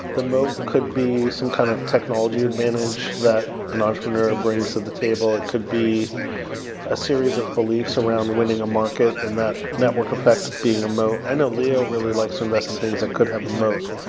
the moat could be some kind of technology advantage that an entrepreneur brings to the table. it could be a series of beliefs around winning a market and that network effect being a moat. i know leo really likes to invest in things that could have a moat.